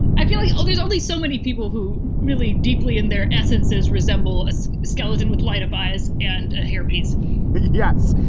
i feel like there's only so many people who really deeply in their essences resemble a so skeleton with light abayas and a hairpiece yes.